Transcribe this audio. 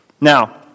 Now